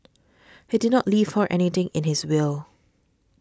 he did not leave her anything in his will